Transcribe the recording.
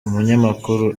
umunyamakuru